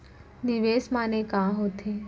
निवेश माने का होथे?